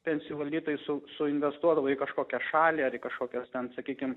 pensijų valytojai su suinvestuodavo į kažkokią šalį ar į kažkokias ten sakykim